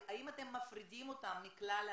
האם אתם מפרידים אותם מכלל האנשים?